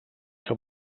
que